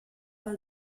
pel